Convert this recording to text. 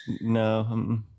No